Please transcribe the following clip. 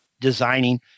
designing